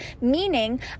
Meaning